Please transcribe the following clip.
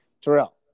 Terrell